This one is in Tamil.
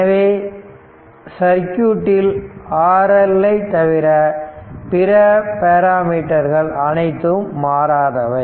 எனவே சர்க்யூட்டில் RL ஐ தவிர பிற பேராமீட்டர்கள் அனைத்தும் மாறாதவை